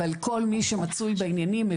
אבל כל מי שמצוי בעניינים,